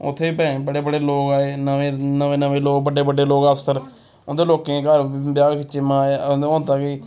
उत्थें भैं बड़े बड़े लोक आए नमें नमें नमें लोक बड्डे बड्डे लोक अफसर उं'दे लोकें दे घर ब्याह् बी खिच्चे माए होंदा कि